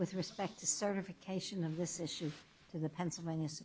with respect to certification of this issue in the pennsylvania